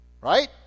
right